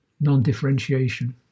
non-differentiation